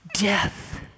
Death